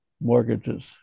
mortgages